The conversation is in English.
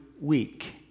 week